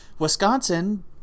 Wisconsin